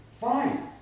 Fine